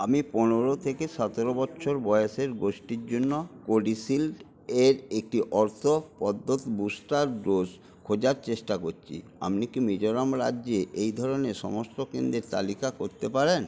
আমি পনেরো থেকে সতেরো বছর বয়সের গোষ্ঠীর জন্য কোডিশিল্ডের একটি অর্থ পদ্ধত বুস্টার ডোজ খোঁজার চেষ্টা করছি আপনি কি মিজোরাম রাজ্যে এই ধরনের সমস্ত কেন্দ্রের তালিকা করতে পারেন